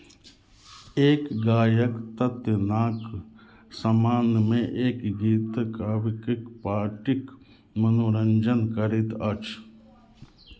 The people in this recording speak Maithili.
एक गायक तत्यनाक सम्मानमे एक गीत गाबि कऽ पार्टीक मनोरञ्जन करैत अछि